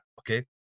okay